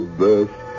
best